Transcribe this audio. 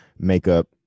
Makeup